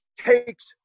takes